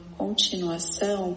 continuação